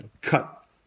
cut